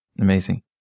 Amazing